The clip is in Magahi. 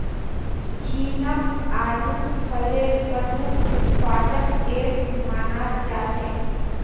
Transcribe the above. चीनक आडू फलेर प्रमुख उत्पादक देश मानाल जा छेक